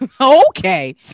Okay